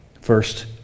First